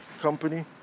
company